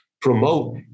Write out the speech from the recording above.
promote